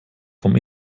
vom